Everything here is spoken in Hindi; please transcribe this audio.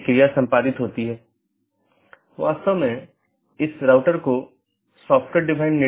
तो यह एक तरह की नीति प्रकारों में से हो सकता है